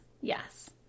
yes